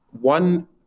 One